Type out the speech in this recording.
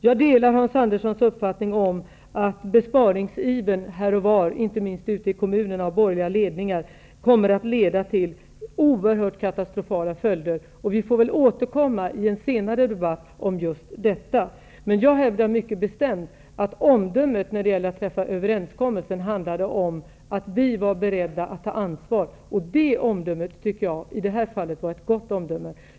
Jag instämmer i Hans Anderssons uppfattning att besparingsivern här och var, inte minst ute i kommuner med borgerliga ledningar, kommer att få oerhört katastrofala följder. Vi får väl återkomma i en senare debatt om just detta, men jag hävdar mycket bestämt att bedömningen när det gällde att träffa överenskommelsen handlade om att vi var beredda att ta ansvar. Jag tycker att den bedömning som då gjordes var god.